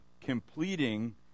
completing